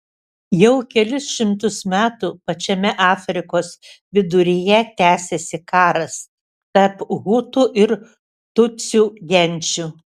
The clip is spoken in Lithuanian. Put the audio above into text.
jau kelis šimtus metų pačiame afrikos viduryje tęsiasi karas tarp hutų ir tutsių genčių